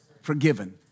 forgiven